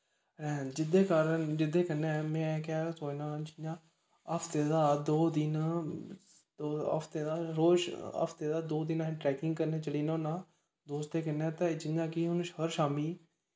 रैह्न जेह्दे कारण जेह्दे कन्नै में केह् सोचना जियां हफ्ते दा दो दिन हफ्ते दा दो रोज हफ्ते दा दो दिन असें ट्रैकिंग करन चली जन्ना होन्नां दोस्तें कन्नै ते जियां कि हून हर शाम्मीं